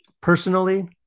personally